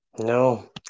No